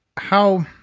how